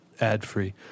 ad-free